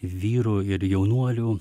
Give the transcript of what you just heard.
vyrų ir jaunuolių